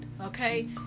okay